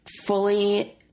fully